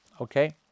Okay